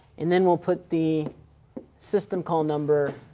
and then we'll put the system call number